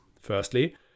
Firstly